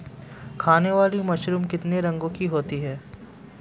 खाने वाली मशरूम कितने रंगों की होती है?